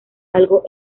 algo